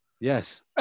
Yes